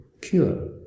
cure